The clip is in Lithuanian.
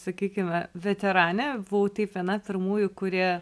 sakykime veteranė buvau taip viena pirmųjų kuri